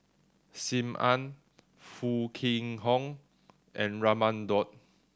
Sim Ann Foo Kwee Horng and Raman Daud